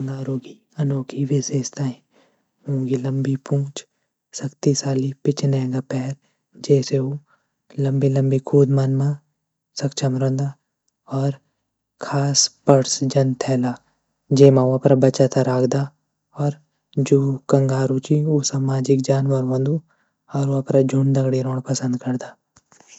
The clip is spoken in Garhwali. कंगारू की अनोखी विशेषताएँ वोंकी लम्बी पूंछ, शक्तिशाली पिछने का पैर जैसी वो लम्बी कूद मरणा म सक्षम रेद. और खास पर्श जन थैला जेमा वो अपरा बच्चों ते रख्दा. जु कंगरु छ व सामाजिक जानवर होंद. और वो अपरा झुण्ड दगडी रहनु पसन्द करदा.